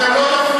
אתם לא תפריעו.